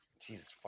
Jesus